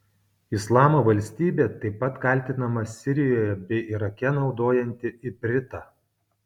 islamo valstybė taip pat kaltinama sirijoje bei irake naudojanti ipritą